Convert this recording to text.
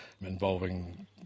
involving